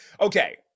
okay